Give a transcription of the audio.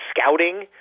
scouting